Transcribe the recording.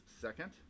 second